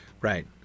right